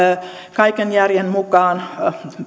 kaiken järjen mukaan